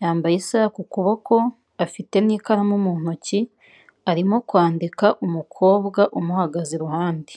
yambaye isaha ku kuboko afite n'ikaramu mu ntoki arimo kwandika, umukobwa umuhagaze iruhande.